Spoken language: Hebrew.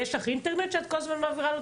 את האמת אני את הנאום המפורסם שלך סימון שמעתי,